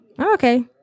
Okay